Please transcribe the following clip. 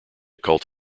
cult